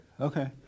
Okay